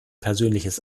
persönliches